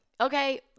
okay